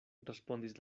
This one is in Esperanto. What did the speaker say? respondis